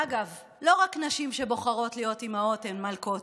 אגב, לא רק נשים שבוחרות להיות אימהות הן מלכות.